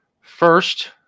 first